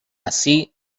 así